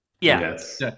Yes